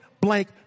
blank